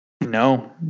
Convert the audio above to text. no